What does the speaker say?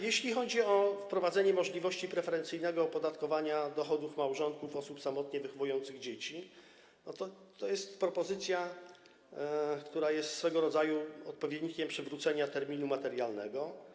Jeśli chodzi o wprowadzenie możliwości preferencyjnego opodatkowania dochodów małżonków, osób samotnie wychowujących dzieci, to jest to propozycja, która jest swego rodzaju odpowiednikiem przywrócenia terminu materialnego.